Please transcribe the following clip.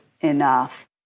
enough